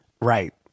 Right